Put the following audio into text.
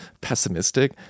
pessimistic